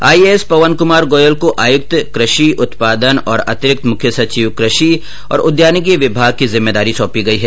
IAS Pawan Kumar Goyal को आय्क्त कृषि उत्पादन और अतिरिक्त मुख्य सचिव कृषि और उद्यानिकी विभाग की जिम्मेदारीसौंपी गयी है